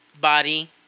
body